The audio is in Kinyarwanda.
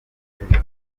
jenoside